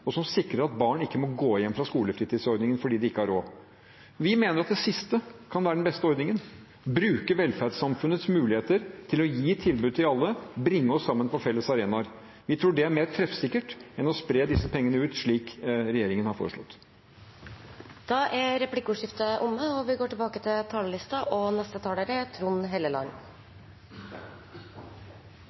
og øke inntektene, og som sikrer at barn ikke må gå hjem fra skolefritidsordningen fordi de ikke har råd? Vi mener at det siste kan være den beste ordningen – å bruke velferdssamfunnets muligheter til å gi tilbud til alle, bringe oss sammen på felles arenaer. Vi tror det er mer treffsikkert enn å spre disse pengene ut, slik regjeringen har foreslått. Replikkordskiftet er omme. Det går bra med Norge. Økonomien er sterk og stabil. Ledigheten er